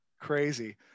Crazy